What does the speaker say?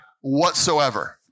Whatsoever